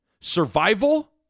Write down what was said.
Survival